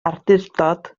awdurdod